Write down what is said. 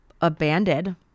abandoned